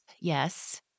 yes